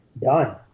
Done